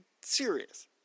serious